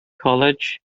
college